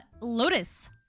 Lotus